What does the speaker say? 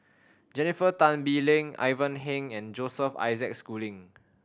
Jennifer Tan Bee Leng Ivan Heng and Joseph Isaac Schooling